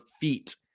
feet